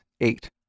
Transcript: eight